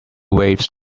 waves